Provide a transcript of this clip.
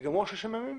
ייגמרו 30 הימים,